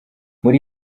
muri